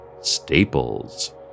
staples